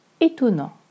Étonnant